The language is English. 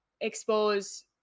expose